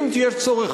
אם יש צורך,